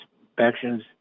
inspections